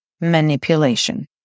manipulation